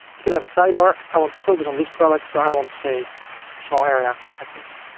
you can have a sidebar, i want to focus on this product so i want to say small area like this.